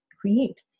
create